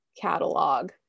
catalog